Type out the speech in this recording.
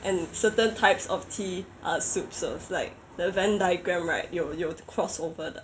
and certain types of tea are soups uh like the venn diagram right 有有 crossover 的